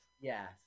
Yes